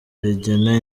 rigena